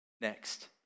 next